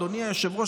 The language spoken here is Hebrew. אדוני היושב-ראש,